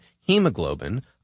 hemoglobin